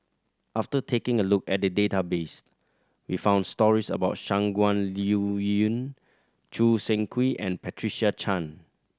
after taking a look at the database we found stories about Shangguan Liuyun Choo Seng Quee and Patricia Chan